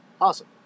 Awesome